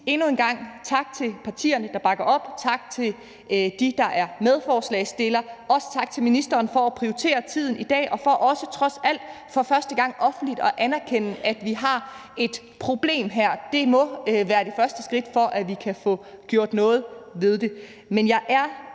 endnu en gang sige tak til partierne, der bakker op, tak til dem, der er medforslagsstillere, og også tak til ministeren for at prioritere tiden i dag og for også trods alt for første gang offentligt at anerkende, at vi har et problem her. Det må være det første skridt til, at vi kan få gjort noget ved det.